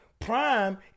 Prime